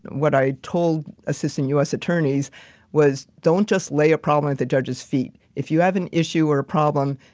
what i told assistant us attorneys was don't just lay a problem at the judge's feet. if you have an issue or a problem,